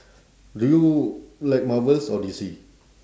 do you like marvels or D_C